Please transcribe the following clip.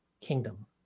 kingdom